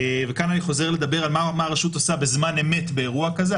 וכאן אני חוזר לדבר על מה הרשות עושה בזמן אמת באירוע כזה,